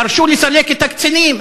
דרשו לסלק את הקצינים,